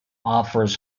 offers